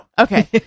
Okay